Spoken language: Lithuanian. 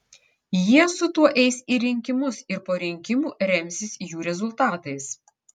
jie su tuo eis į rinkimus ir po rinkimų remsis jų rezultatais